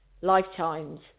lifetimes